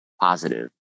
positive